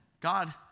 God